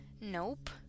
nope